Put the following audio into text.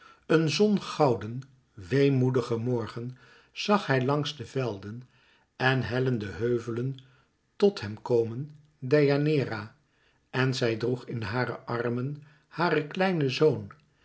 een zongouden weemoedigen morgen zag hij langs de velden en hellende heuvelen tot hem komen deianeira en zij droeg in hare armen haar kleinen zoon